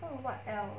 what else